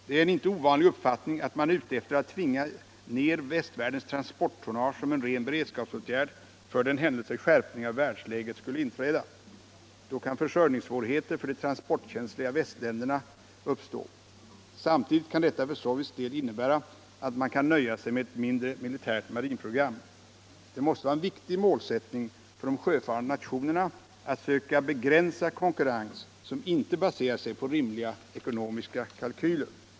Det är en inte ovanlig uppfattning att man är ute efter att tvinga ner västvärldens transporttonnage som en ren beredskapsåtgärd för den händelse att en skärpning av världsläget skulle inträda. Då kan försörjningssvårigheter för de transportkänsliga västländerna uppstå. Samtidigt kan detta för Sovjets del innebära att man kan nöja sig med ett mindre militärt marinprogram. Det måste vara en viktig målsättning för de sjöfarande nationerna att söka begränsa konkurrens som inte baserar sig på rimliga ekonomiska kalkyler.